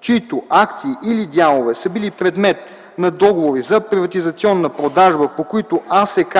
чиито акции или дялове са били предмет на договори за приватизационна продажба, по които АСК